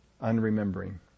unremembering